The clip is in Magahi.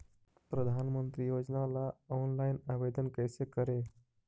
प्रधानमंत्री योजना ला ऑनलाइन आवेदन कैसे करे?